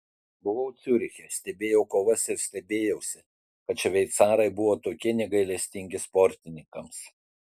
buvau ciuriche stebėjau kovas ir stebėjausi kad šveicarai buvo tokie negailestingi sportininkams